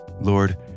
Lord